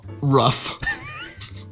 rough